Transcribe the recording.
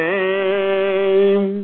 name